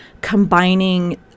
combining